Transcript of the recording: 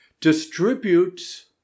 distributes